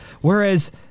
Whereas